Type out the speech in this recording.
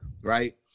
right